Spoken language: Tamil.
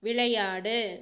விளையாடு